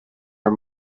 are